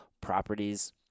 properties